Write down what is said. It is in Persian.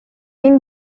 این